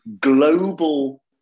global